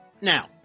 Now